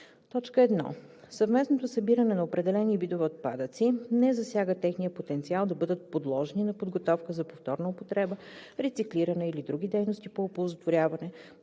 условия: 1. съвместното събиране на определени видове отпадъци не засяга техния потенциал да бъдат подложени на подготовка за повторна употреба, рециклиране или други дейности по оползотворяване